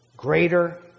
greater